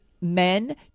men